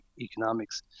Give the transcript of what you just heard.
Economics